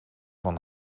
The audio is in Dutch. van